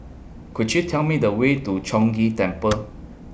Could YOU Tell Me The Way to Chong Ghee Temple